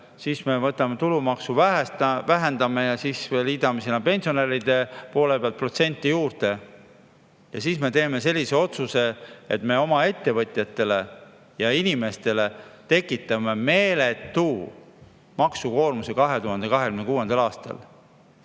Me vähendame tulumaksu[summat] ja siis liidame sinna pensionäride poole pealt protsente juurde. Ja siis me teeme sellise otsuse, et me oma ettevõtjatele ja inimestele tekitame meeletu maksukoormuse 2026. aastal.